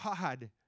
God